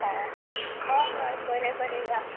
हो हय हय बरें बरें या